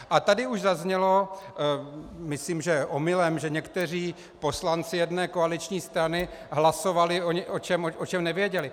A tady už zaznělo, myslím, že omylem, že někteří poslanci jedné koaliční strany hlasovali, o čem nevěděli.